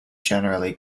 generally